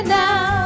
now